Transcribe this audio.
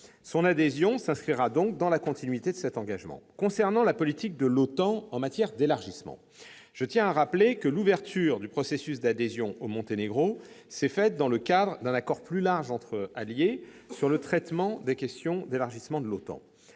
Son adhésion s'inscrira donc dans la continuité de cet engagement. Concernant la politique de l'OTAN en matière d'élargissement, je tiens à rappeler que l'ouverture du processus d'adhésion au Monténégro s'est faite dans le cadre d'un accord plus large entre alliés sur le traitement des questions d'élargissement de l'OTAN.